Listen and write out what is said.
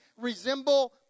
resemble